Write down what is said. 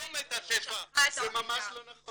זה ממש לא נכון.